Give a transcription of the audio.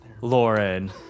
Lauren